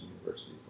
University